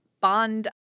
Bond